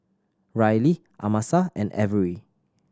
Rylee Amasa and Averi